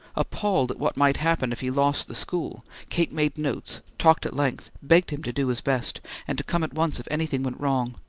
appalled at what might happen if he lost the school, kate made notes, talked at length, begged him to do his best, and to come at once if anything went wrong.